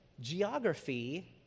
geography